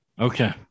okay